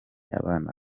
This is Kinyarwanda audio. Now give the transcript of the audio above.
abana